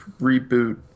reboot